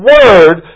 Word